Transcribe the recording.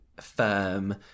firm